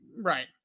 Right